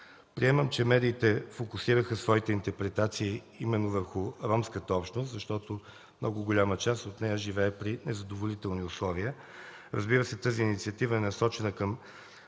Приемам, че медиите фокусираха своите интерпретации именно върху ромската общност, защото много голяма част от нея живее при незадоволителни условия. Разбира се, тази инициатива е насочена към